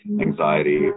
anxiety